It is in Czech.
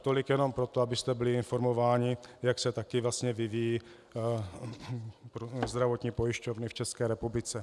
Tolik jenom proto, abyste byli informováni, jak se také vlastně vyvíjejí zdravotní pojišťovny v České republice.